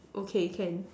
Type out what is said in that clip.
okay can